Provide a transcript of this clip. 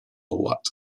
wat